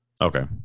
Okay